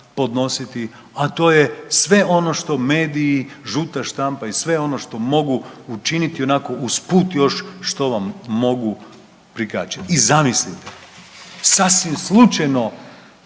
podnositi, a to je sve ono što mediji, žuta štampa i sve ono što mogu učiniti onako usput još što vam mogu prikačit. I zamisli, sasvim slučajno